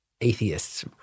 atheists